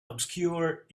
obscured